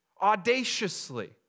audaciously